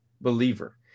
believer